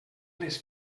les